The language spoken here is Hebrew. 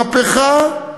מהפכה,